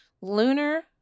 lunar